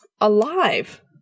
alive